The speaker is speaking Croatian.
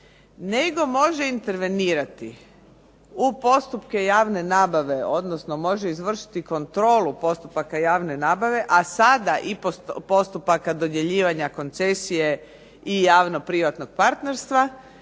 nego može intervenirati u postupke javne nabave, odnosno može izvršiti kontrolu postupaka javne nabave, a sada i postupaka dodjeljivanja koncesije i javno-privatnog partnerstva